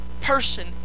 person